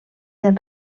del